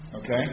Okay